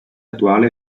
attuale